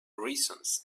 reasons